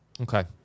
Okay